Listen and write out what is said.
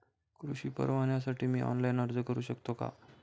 कृषी परवान्यासाठी मी ऑनलाइन अर्ज करू शकतो का?